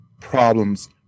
problems